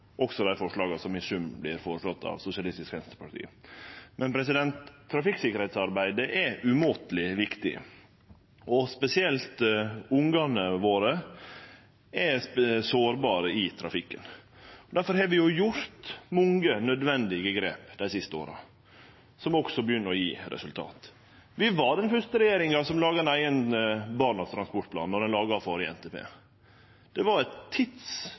også i dei forslaga som i sum vert føreslått frå Sosialistisk Venstreparti. Trafikksikkerheitsarbeid er umåteleg viktig, og spesielt ungane våre er sårbare i trafikken. Difor har vi teke mange nødvendige grep dei siste åra, som også begynner å gje resultat. Vi var den fyrste regjeringa som laga ein eigen Barnas transportplan då ein laga den førre NTP-en. Det var eit